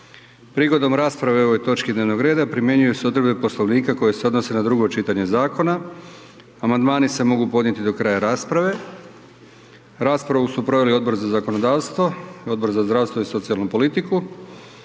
Prigodom rasprave o ovoj točki dnevnog reda primjenjuju se odredbe Poslovnika koje se odnose na drugo čitanje zakona. Amandmani se mogu podnositi do kraja rasprave. Raspravu su proveli Odbor za zakonodavstvo i Odbor za zdravstvo i socijalnu politiku.